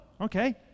okay